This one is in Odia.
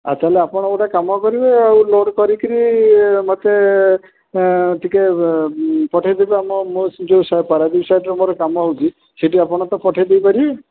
ଆଉ ତା'ହେଲେ ଆପଣ ଗୋଟେ କାମ କରିବେ ଆଉ ଲୋଡ଼୍ କରିକିରି ମୋତେ ଟିକେ ପଠାଇଦେବେ ମୋ ମୋ ଯେଉଁ ସ ପାରାଦ୍ୱୀପ ସାଇଟ୍ରେ ମୋର କାମ ହେଉଛି ସେଇଠି ଆପଣ ତ ପଠାଇ ଦେଇ ପାରିବେ